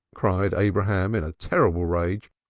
cried abraham in a terrible rage.